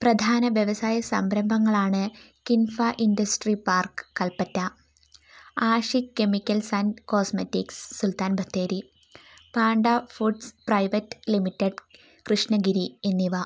പ്രധാന വ്യവസായ സംരംഭങ്ങളാണ് KINFRA industry park Kalpetta Ashiq chemicals and cosmetics Sultan Bathery Panda food private limiteds Krishnagiri എന്നിവ